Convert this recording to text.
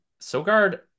Sogard